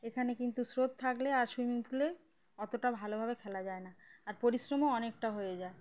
এখানে কিন্তু স্রোত থাকলে আর সুইমিং পুলে অতটা ভালোভাবে খেলা যায় না আর পরিশ্রমও অনেকটা হয়ে যায়